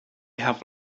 have